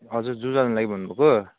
हजुर जू जानुको लागि भन्नु भएको